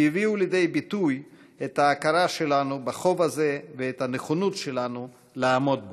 שהביאו לידי ביטוי את ההכרה שלנו בחוב הזה ואת הנכונות שלנו לעמוד בו.